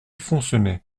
foncenex